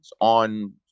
on